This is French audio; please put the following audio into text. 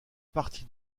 parti